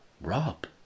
Rob